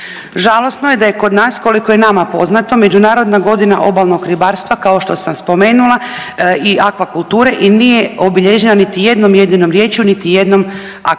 Žalosno je da je kod nas, koliko je nama poznata, Međunarodna godina obalnog ribarstva, kao što sam spomenula, i akvakulture i nije obilježena niti jednom jedinom riječju niti jednom akcijom.